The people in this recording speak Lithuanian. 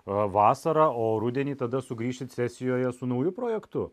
vasarą o rudenį tada sugrįšit sesijoje su nauju projektu